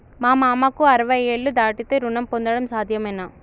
మా మామకు అరవై ఏళ్లు దాటితే రుణం పొందడం సాధ్యమేనా?